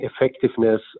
effectiveness